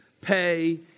pay